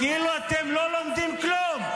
כאילו אתם לא לומדים כלום.